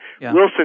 Wilson